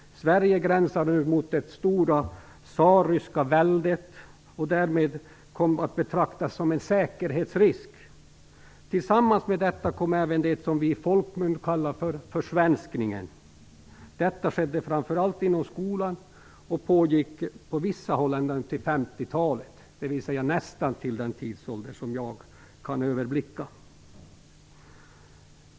Sverige gränsade nu mot det stora tsarryska väldet och kom därmed att betraktas som en säkerhetsrisk. Tillsammans med detta kom även det som vi i folkmun kallar för försvenskningen. Detta skedde framför allt inom skolan och pågick på vissa håll ända in på 50-talet, dvs. nästan till den tidsålder som jag kan överblicka.